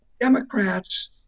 Democrats